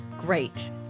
Great